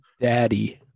Daddy